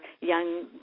young